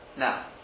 Now